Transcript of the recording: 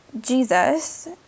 Jesus